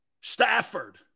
Stafford